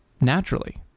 naturally